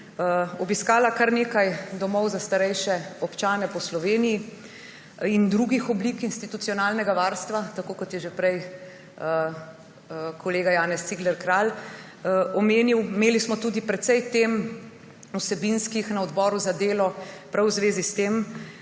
obiskala kar nekaj domov za starejše občane po Sloveniji in drugih oblik institucionalnega varstva, tako kot je že prej kolega Janez Cigler Kralj omenil. Imeli smo tudi precej vsebinskih tem na Odboru za delo prav v zvezi s tem